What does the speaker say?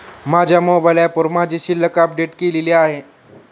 माझ्या मोबाइल ऍपवर माझी शिल्लक अपडेट केलेली नाही